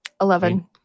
Eleven